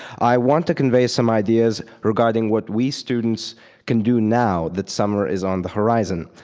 i want to convey some ideas regarding what we students can do now that summer is on the horizon.